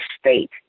State